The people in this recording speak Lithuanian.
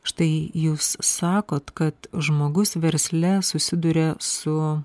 štai jūs sakot kad žmogus versle susiduria su